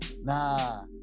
nah